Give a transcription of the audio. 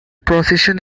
procession